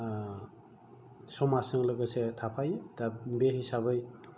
समाजजों लोगोसे थाफायो दा बे हिसाबै